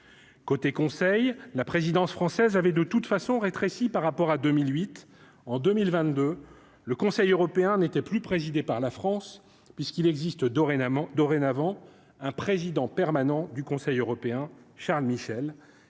côté conseil la présidence française avait de toute façon rétréci par rapport à 2008 en 2022 le Conseil européen n'était plus présidée par la France, puisqu'il existe dorénavant dorénavant un président permanent du Conseil européen Charles Michel,